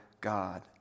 God